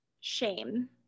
shame